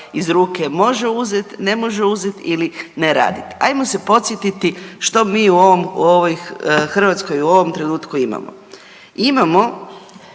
iz ruke može uzet, ne može uzet ili ne radit. Ajmo se podsjetiti što mi u ovoj Hrvatskoj u ovom trenutku imamo.